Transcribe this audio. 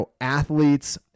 athletes